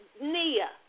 Nia